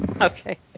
Okay